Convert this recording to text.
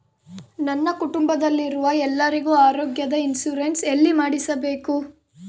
ನನ್ನ ಕುಟುಂಬದಲ್ಲಿರುವ ಎಲ್ಲರಿಗೂ ಆರೋಗ್ಯದ ಇನ್ಶೂರೆನ್ಸ್ ಎಲ್ಲಿ ಮಾಡಿಸಬೇಕು?